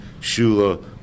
Shula